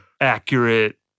accurate